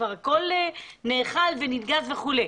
כבר הכול נאכל וננגס וכו'.